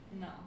No